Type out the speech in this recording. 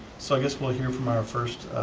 so i guess we'll hear from our first